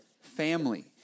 family